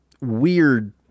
weird